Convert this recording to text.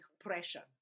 pressure